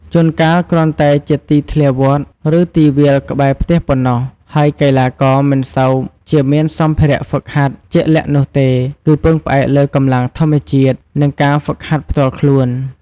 ជួនកាលគ្រាន់តែជាទីធ្លាវត្ត ឬទីវាលក្បែរផ្ទះប៉ុណ្ណោះ ហើយកីឡាករមិនសូវជាមានសម្ភារៈហ្វឹកហាត់ជាក់លាក់នោះទេ គឺពឹងផ្អែកលើកម្លាំងធម្មជាតិ និងការហ្វឹកហាត់ផ្ទាល់ខ្លួន។